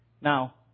Now